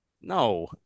No